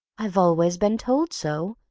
i've always been told so,